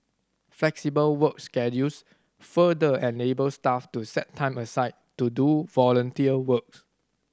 flexible work schedules further enable staff to set time aside to do volunteer works